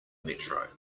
metro